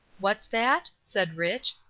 what's that? said rich.